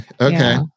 okay